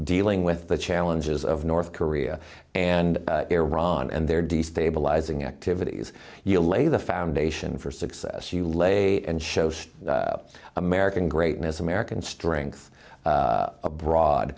dealing with the challenges of north korea and iran and their destabilizing activities you lay the foundation for success you lay and show up american greatness american strength abroad